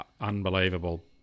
unbelievable